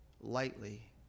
lightly